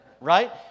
right